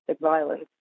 violence